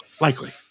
Likely